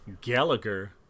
Gallagher